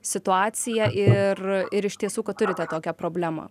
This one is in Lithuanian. situacija ir ir iš tiesų kad turite tokią problemą